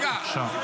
בבקשה.